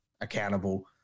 accountable